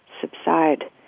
subside